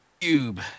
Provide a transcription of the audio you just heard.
cube